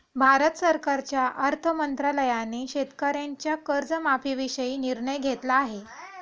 भारत सरकारच्या अर्थ मंत्रालयाने शेतकऱ्यांच्या कर्जमाफीविषयी निर्णय घेतला आहे